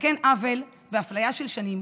לתקן עוול ואפליה של שנים